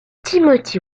timothy